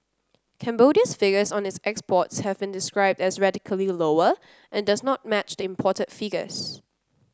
Cambodia's figures on its exports have been described as radically lower and does not match the imported figures